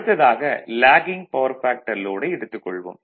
அடுத்ததாக lagging power factor load ஐ எடுத்துக் கொள்வோம்